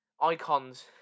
Icons